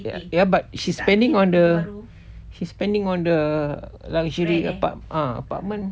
ya but she's spending on the she's spending on the luxury apart~ uh apartment